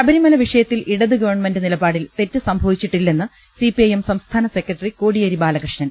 ശബരിമലവിഷ്യത്തിൽ ഇടത് ഗവൺമെന്റ് നിലപാടിൽ തെറ്റ് സംഭവിച്ചിട്ടില്ലെന്ന് സിപിഐഎം സംസ്ഥാന സെക്ര ട്ടറി കോടിയ്യേരി ബാലകൃഷ്ണൻ